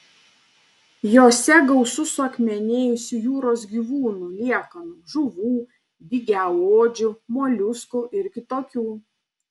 jose gausu suakmenėjusių jūros gyvūnų liekanų žuvų dygiaodžių moliuskų ir kitokių